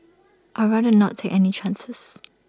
I rather not take any chances